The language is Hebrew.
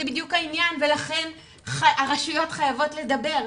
זה בדיוק העניין ולכן הרשויות חייבות לדבר,